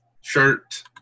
shirt